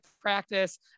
practice